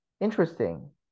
Interesting